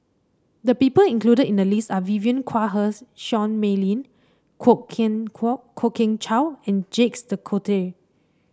the people included in the list are Vivien Quahe's Seah Mei Lin Kwok Kian Kwok Kian Chow and Jacques De Coutre